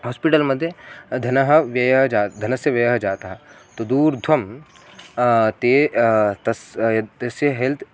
hospital मध्ये धनं व्ययः जा धनस्य व्ययः जातः तदूर्ध्वं ते तस् यद् तस्य हेल्त्